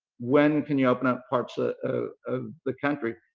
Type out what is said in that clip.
when can you open up parts ah ah of the country.